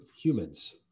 humans